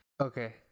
okay